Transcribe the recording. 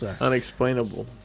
Unexplainable